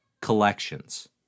collections